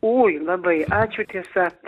oi labai ačiū tiesa